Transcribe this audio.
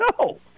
No